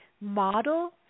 model